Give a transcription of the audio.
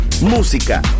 música